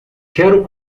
quero